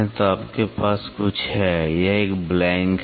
तो आपके पास कुछ है यह एक ब्लैंक है